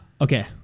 Okay